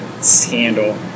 scandal